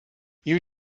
you